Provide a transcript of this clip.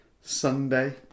Sunday